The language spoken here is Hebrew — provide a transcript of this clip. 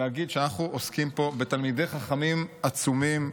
חשוב להגיד שאנחנו עוסקים פה בתלמידי חכמים עצומים,